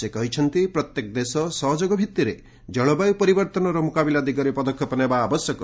ସେ କହିଛନ୍ତି ପ୍ରତ୍ୟେକ ଦେଶ ସହଯୋଗ ଭିଭିରେ ଜଳବାୟୁ ପରିବର୍ତ୍ତନର ମୁକାବିଲା ଦିଗରେ ପଦକ୍ଷେପ ନେବା ଆବଶ୍ୟକ